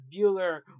Bueller